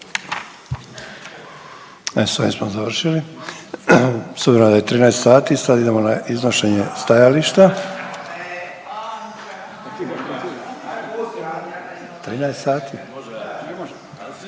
S ovim smo završili. S obzirom da je 13.00 sati sada idemo na iznošenje stajališta.